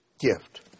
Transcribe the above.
gift